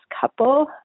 couple